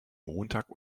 montag